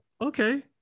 okay